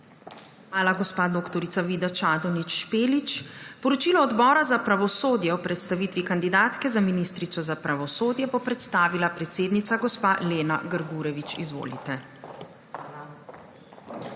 Hvala, gospa dr. Vida Čadonič Špelič. Poročilo Odbora za pravosodje o predstavitvi kandidatke za ministrico za pravosodje bo predstavila predsednica gospa Lena Grgurevič. Izvolite. **LENA